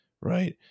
right